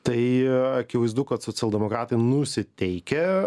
tai akivaizdu kad socialdemokratai nusiteikę